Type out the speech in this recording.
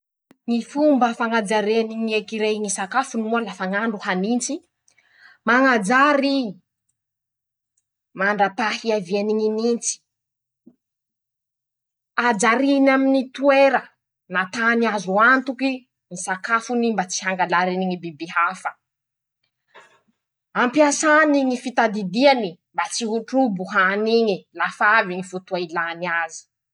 Ñy fomba fañajariany ñy ecureuils ñy sakafony moa lafa ñ'andro hanintsy: -Mañajary i. mandrapà hiaviany ñy nintsy. hajariny aminy toera na tany azo antoky ñy sakafony mba tsy hangalariny ñy biby hafa. ampiasany ñy fitadidiany mba tsy ho trobo hany iñe lafa avy ñy fotoa ilany azy.